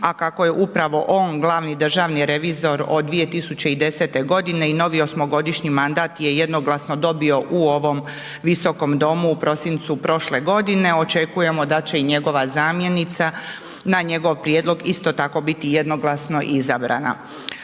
a kako je upravo on glavni državni revizor od 2010. godine i novi 8.-godišnji mandat je jednoglasno dobio u ovom Visokom domu u prosincu prošle godine očekujemo da će i njegova zamjenica na njegov prijedlog isto tako biti jednoglasno izabrana.